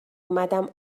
اومدم